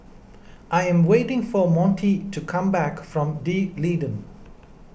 I am waiting for Monty to come back from D'Leedon